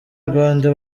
rwanda